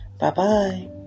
Bye-bye